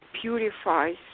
purifies